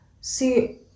see